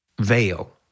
veil